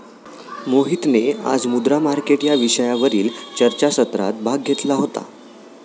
मोहितने आज मुद्रा मार्केट या विषयावरील चर्चासत्रात भाग घेतला होता